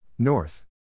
North